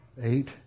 eight